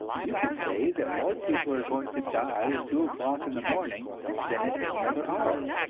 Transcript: you can say that more people are going to die at two o'clock in the morning than at any other hour.